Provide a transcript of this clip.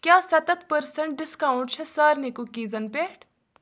کیٛاہ ستَتھ percent discount چھےٚ سارنٕے کُکیٖزَن پٮ۪ٹھ